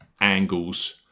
angles